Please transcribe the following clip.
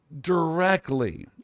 directly